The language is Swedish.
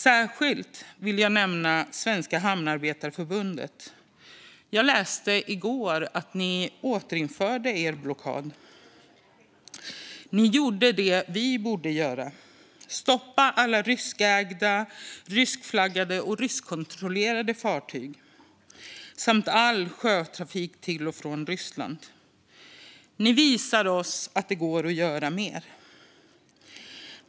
Särskilt vill jag nämna Svenska Hamnarbetarförbundet. Jag läste i går att ni återinförde er blockad. Ni gjorde det vi borde göra, nämligen stoppa alla ryskägda, ryskflaggade och ryskkontrollerade fartyg samt allt sjötrafik till och från Ryssland. Ni visar oss att det går att göra mer.